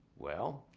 well,